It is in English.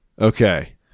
Okay